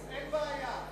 אין בעיה,